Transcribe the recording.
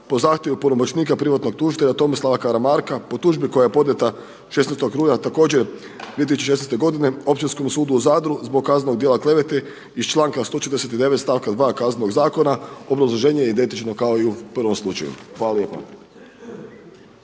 po zahtjevu punomoćnika privatnog tužitelja Tomislava Karamarka po tužbi koja je podnijeta 16. rujna također 2016. godine Općinskom sudu u Zadru zbog kaznenog djela klevete iz članka 149. stavka 2. Kaznenog zakona. Obrazloženje je identično kao i u prvom slučaju. Hvala lijepa.